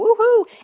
Woohoo